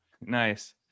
Nice